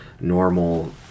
normal